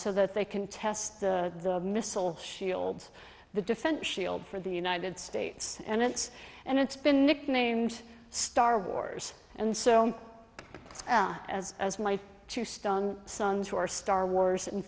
so that they can test the missile shield the defense shield for the united states and it's and it's been nicknamed star wars and so as as my two stun sons who are star wars